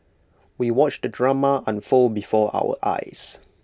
we watched the drama unfold before our eyes